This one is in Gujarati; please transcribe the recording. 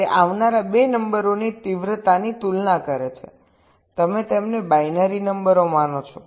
તે આવનારા 2 નંબરોની તીવ્રતાની તુલના કરે છેતમે તેમને બાઈનરી નંબરો માનો છો